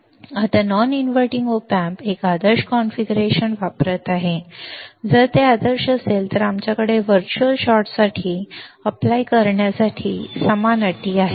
आता non inverting op amp आदर्श configuration वापरत आहे जर ते आदर्श असेल तर आमच्याकडे व्हर्च्युअल शॉर्टसाठी अर्ज करण्यासाठी समान अटी आहेत